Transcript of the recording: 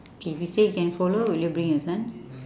okay if he say can follow will you bring your son